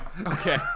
Okay